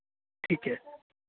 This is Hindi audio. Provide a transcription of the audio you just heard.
ठीक है